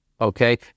Okay